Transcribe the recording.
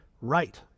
right